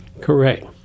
Correct